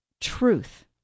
truth